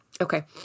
Okay